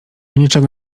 niczego